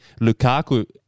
Lukaku